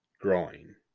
growing